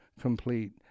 complete